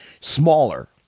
smaller